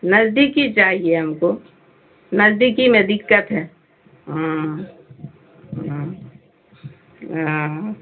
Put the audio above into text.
نزدیکی چاہیے ہم کو نزدیکی میں دقت ہے ہاں ہاں اوہ